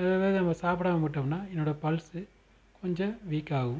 இதுவே நம்ம சாப்பிடாம விட்டோம்னா என்னோட பல்ஸ்ஸு கொஞ்சம் வீக் ஆகும்